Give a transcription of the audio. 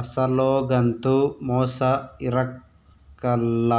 ಅಸಲೊಗಂತೂ ಮೋಸ ಇರಕಲ್ಲ